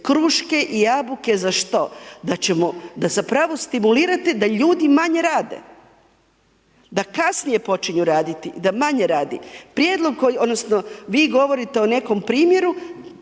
kruške i jabuke za što, da ćemo, da zapravo stimulirate da ljudi manje rade, da kasnije počinju raditi, da manje radi. Prijedlog koji, odnosno vi govorite o nekom primjeru